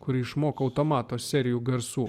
kur išmokau automato serijų garsų